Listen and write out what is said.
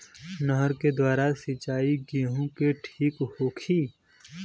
नहर के द्वारा सिंचाई गेहूँ के ठीक होखि?